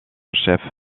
chef